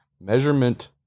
measurement